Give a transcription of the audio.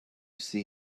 see